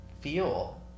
feel